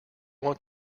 want